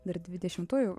dar dvidešimtojo